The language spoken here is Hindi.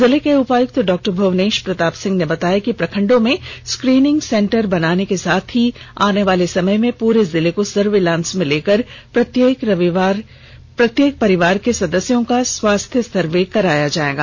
जिले के उपायुक्त डॉ भुवनेष प्रताप सिंह ने बताया कि प्रखण्डों में स्क्रीनिंग सेंटर बनाने के साथ ही आनेवाले समय में पूरे जिले को सर्विलांस में लेकर प्रत्येक परिवार के सदस्यों का स्वास्थ्य सर्वे कराया जायेगा